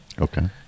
okay